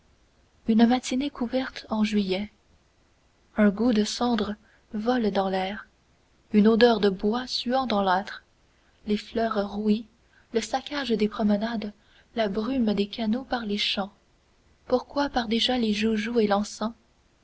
une matinée couverte en juillet un goût de cendres vole dans l'air une odeur de bois suant dans l'âtre les fleurs rouies le saccage des promenades la bruine des canaux par les champs pourquoi par déjà les joujoux et l'encens